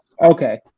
Okay